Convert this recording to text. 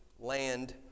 land